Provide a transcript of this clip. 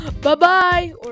Bye-bye